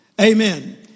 Amen